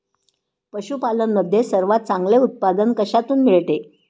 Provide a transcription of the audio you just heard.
पशूपालन मध्ये सर्वात चांगले उत्पादन कशातून मिळते?